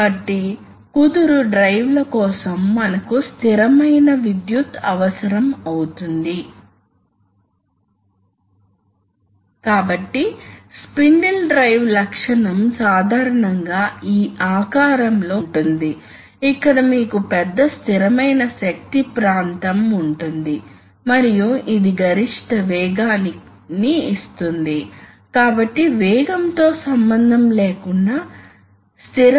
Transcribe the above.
కాబట్టి ఈ వ్యక్తిగత టూల్స్ కు తక్కువ పవర్ అవసరం లేదని మీరు చూస్తారు కాంప్లెక్సిటీ లేదు సాధారణ ఉద్యోగాలు మీకు స్క్రూ డ్రైవింగ్ క్లేమ్పింగ్ మొదలైనవి తెలుసు కానీ పెద్ద సంఖ్యలో ఆపరేటెడ్ స్టేషన్లు ఉన్నాయి మీరు కంప్రెసర్ రెగ్యులేటర్ మొదలైన ప్రధాన పరికరాలను వివిధ అప్లికేషన్స్ లో పంచుకోవచ్చు కాబట్టి చాలా తక్కువ ఖర్చుతో కంట్రోల్స్ అమలు చేయవచ్చు